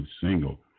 single